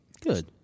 good